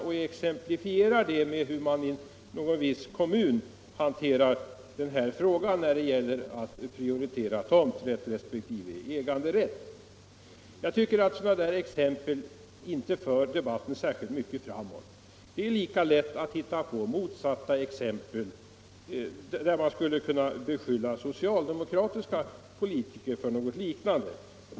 Det gör han med ett exempel på hur man i någon viss kommun hanterar frågan om att prioritera tomträtt resp. äganderätt. Jag tycker att sådana exempel inte för debatten särskilt mycket framåt. Det är lika lätt att hitta fall där man skulle kunna beskylla socialdemokratiska politiker för något liknande.